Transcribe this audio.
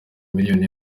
miliyoni